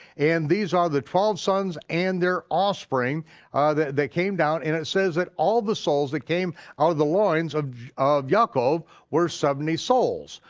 and these are the twelve sons and their offspring ah that that came down and it says that all the souls that came out of loins of of yaakov were seventy souls.